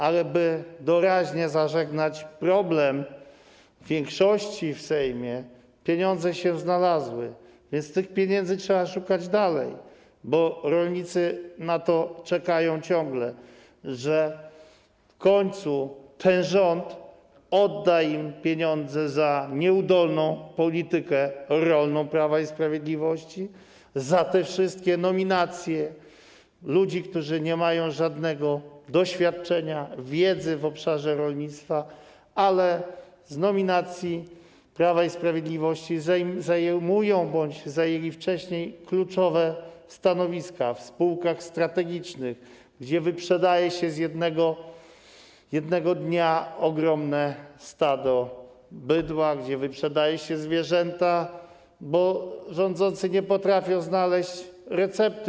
Ale by doraźnie zażegnać problem większości w Sejmie, pieniądze się znalazły, więc tych pieniędzy trzeba szukać dalej, bo rolnicy ciągle czekają na to, że w końcu ten rząd odda im pieniądze za nieudolną politykę rolną Prawa i Sprawiedliwości, za te wszystkie nominacje ludzi, którzy nie mają żadnego doświadczenia, wiedzy w obszarze rolnictwa, a z nominacji Prawa i Sprawiedliwości zajmują bądź zajęli wcześniej kluczowe stanowiska w spółkach strategicznych, gdzie jednego dnia wyprzedaje się ogromne stado bydła, gdzie wyprzedaje się zwierzęta, bo rządzący nie potrafią znaleźć recepty.